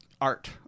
art